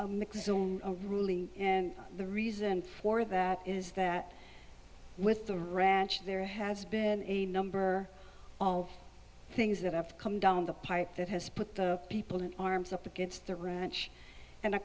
on a ruling and the reason for that is that with the ranch there has been a number of things that have come down the pipe that has put the people in arms up against the ranch and a